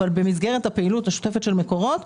אבל במסגרת הפעילות השוטפת של מקורות.